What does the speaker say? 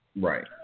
Right